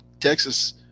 Texas